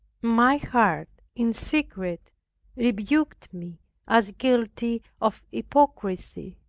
my heart in secret rebuked me as guilty of hypocrisy,